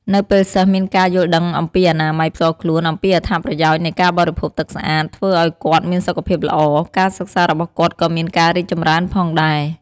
នៅពេលសិស្សមានការយល់ដឹងអំពីអនាម័យផ្ទាល់ខ្លួន អំពីអត្ថប្រយោជន៍នៃការបរិភោគទឹកស្អាត ធ្វើឲ្យគាត់មានសុខភាពល្អ ការសិក្សារបស់គាត់ក៏មានការរីកចម្រើនផងដែរ។